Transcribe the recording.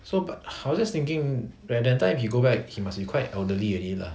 so but I was just thinking by the time he go back he must be quite elderly already lah